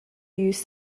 use